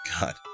God